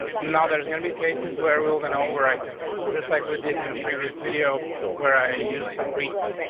now there's gonna be cases where we're going to override them, just like we did in a previous video where i used some presets.